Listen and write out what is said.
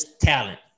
talent